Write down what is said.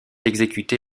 exécuté